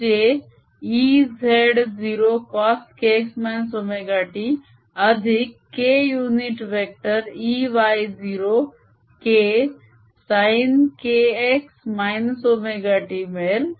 तर हे -jEz0coskx ωt अधिक k युनिट वेक्टर Ey0 क cos kx ωt मिळेल